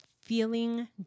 feeling